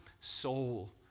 soul